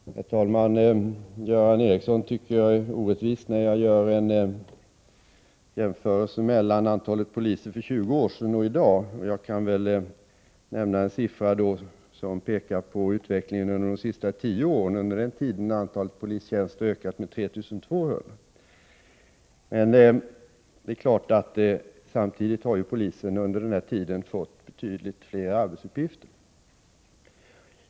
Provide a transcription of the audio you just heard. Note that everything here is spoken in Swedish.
Herr talman! Göran Ericsson tycker att jag är orättvis när jag gör en jämförelse mellan antalet poliser för tjugo år sedan och i dag. Jag kan då nämna en siffra som visar på utvecklingen under de senaste tio åren. Under den tiden har antalet polistjänster ökat med 3 200. Men under denna tid har polisen också fått betydligt fler arbetsuppgifter.